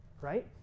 right